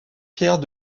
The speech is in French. pierre